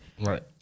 Right